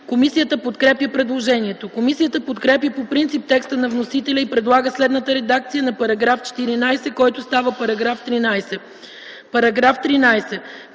Комисията подкрепя предложението. Комисията подкрепя по принцип текста на вносителя и предлага следната редакция на § 14, който става § 13: „§ 13.